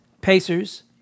Pacers